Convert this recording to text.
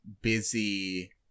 busy